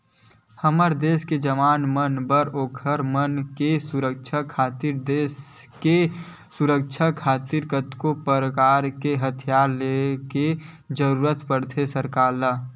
हमर देस के जवान मन बर ओखर मन के सुरक्छा खातिर देस के सुरक्छा खातिर कतको परकार के हथियार ले के जरुरत पड़थे सरकार ल